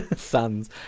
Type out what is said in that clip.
Sons